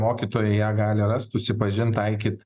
mokytojai ją gali rast susipažint taikyt